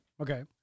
Okay